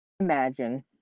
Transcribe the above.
Imagine